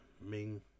Ming